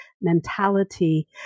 Mentality